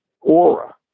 aura